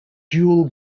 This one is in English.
dual